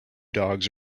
dogs